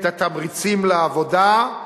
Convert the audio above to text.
את התמריצים לעבודה,